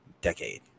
decade